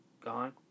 Gone